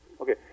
Okay